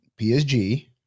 psg